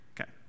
Okay